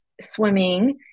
swimming